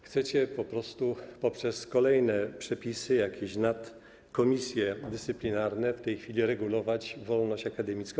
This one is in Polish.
Chcecie po prostu poprzez kolejne przepisy, jakieś nadkomisje dyscyplinarne w tej chwili regulować wolność akademicką.